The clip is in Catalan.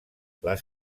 les